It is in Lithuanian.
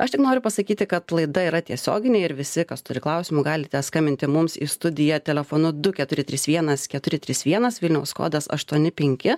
aš tik noriu pasakyti kad laida yra tiesioginė ir visi kas turi klausimų galite skambinti mums į studiją telefonu du keturi trys vienas keturi trys vienas vilniaus kodas aštuoni penki